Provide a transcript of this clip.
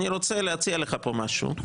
אני רוצה להציע לך משהו.